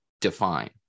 define